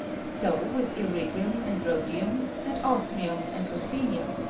so with iridium and rhodium, and osmium and ruthenium,